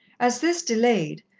as this delayed,